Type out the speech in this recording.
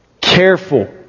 Careful